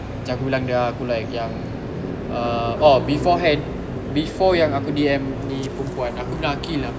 macam aku bilang dia ah like yang uh oh beforehand before yang aku D_M ni perempuan aku bilang aqil